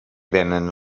vénen